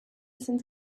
sind